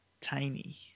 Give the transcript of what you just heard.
tiny